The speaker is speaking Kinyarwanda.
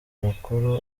makuru